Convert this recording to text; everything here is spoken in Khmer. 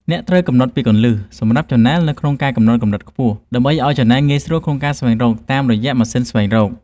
អ្នកត្រូវកំណត់ពាក្យគន្លឹះ សម្រាប់ឆានែលនៅក្នុងការកំណត់កម្រិតខ្ពស់ ដើម្បីឱ្យឆានែលងាយស្រួលក្នុងការស្វែងរកតាមរយៈម៉ាស៊ីនស្វែងរក។